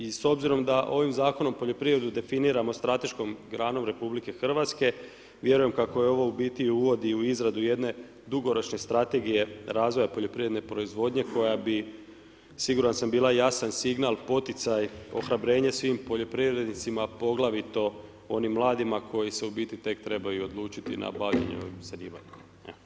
I s obzirom da ovim zakonom, poljoprivredu definiramo strateškom granom RH, vjerujem kako je ovo u biti uvodi u izradu jedne dugoročne strategije razvoja poljoprivredne proizvodnje koja bi, siguran sam, bila jasan signal, poticaj, ohrabrenje svim poljoprivrednicima, poglavito onim mladima koji se u biti tek trebaju odlučiti na bavljenje ovim zanimanje.